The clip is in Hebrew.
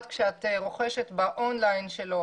כשאת רוכשת באונליין שלו,